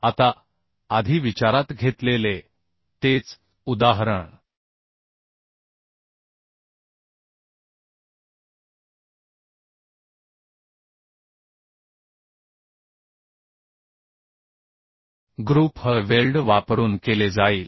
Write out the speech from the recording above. आता आधी विचारात घेतलेले तेच उदाहरण ग्रुप ह वेल्ड वापरून केले जाईल